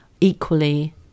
equally